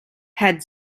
had